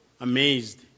amazed